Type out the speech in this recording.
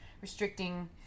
restricting